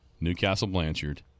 Newcastle-Blanchard